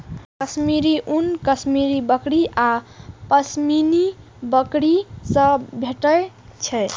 कश्मीरी ऊन कश्मीरी बकरी आ पश्मीना बकरी सं भेटै छै